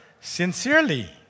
sincerely